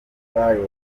cyayo